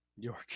York